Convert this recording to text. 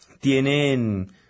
tienen